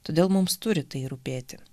todėl mums turi tai rūpėti